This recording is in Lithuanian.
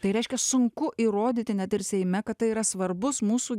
tai reiškia sunku įrodyti net ir seime kad tai yra svarbus mūsų